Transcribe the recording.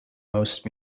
most